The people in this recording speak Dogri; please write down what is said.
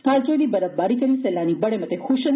हाल च होई दी बर्फबारी करी सैलानी बड़े मते खुश न